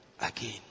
again